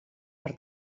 per